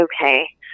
okay